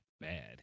bad